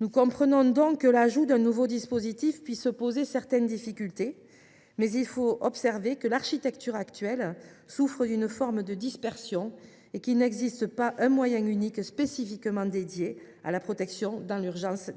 Nous comprenons donc que l’ajout d’un nouveau dispositif puisse poser certaines difficultés, mais il faut reconnaître que l’architecture actuelle souffre d’une forme de dispersion et qu’il n’existe pas de moyen unique spécifiquement consacré à la protection des enfants dans l’urgence,